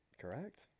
Correct